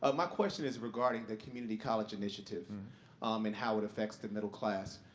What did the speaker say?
ah my question is regarding the community college initiative and i mean how it affects the middle class.